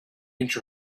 inch